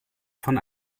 von